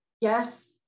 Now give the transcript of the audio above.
yes